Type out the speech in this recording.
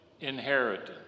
inheritance